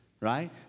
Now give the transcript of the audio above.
right